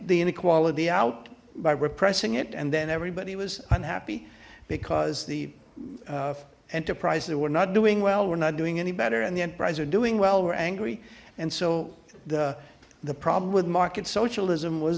the inequality out by repressing it and then everybody was unhappy because the enterprises were not doing well we're not doing any better and the enterprises are doing well we're angry and so the the problem with market socialism was